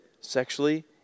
sexually